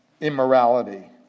immorality